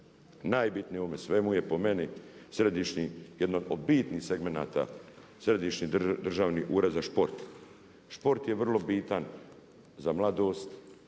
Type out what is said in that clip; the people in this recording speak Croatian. Najbitnije u ovome svemu je po meni središnji, jedno od bitnih segmenata Središnji državni ured za šport. Šport je vrlo bitan za mladost,